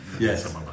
Yes